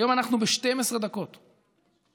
והיום אנחנו ב-12 דקות, בסדר?